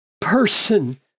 person